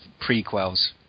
prequels